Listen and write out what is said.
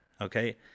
okay